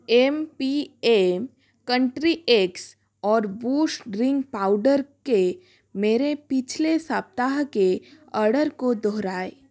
M P M country eggs और boost drink powder के मेरे पिछले सप्ताह के अर्डर को दोहराएँ